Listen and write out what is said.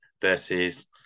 versus